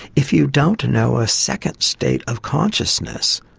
if you don't know a second state of consciousness,